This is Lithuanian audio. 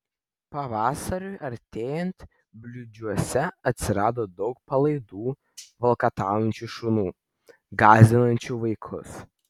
pavasariui artėjant bliūdžiuose atsirado daug palaidų valkataujančių šunų gąsdinančių vaikus